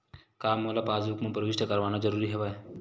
का मोला पासबुक म प्रविष्ट करवाना ज़रूरी हवय?